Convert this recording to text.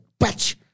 bitch